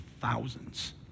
thousands